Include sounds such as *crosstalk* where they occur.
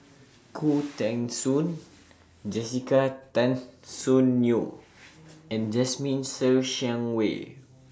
Khoo *noise* Teng Soon Jessica Tan Soon Neo and Jasmine Ser Xiang Wei